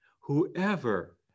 Whoever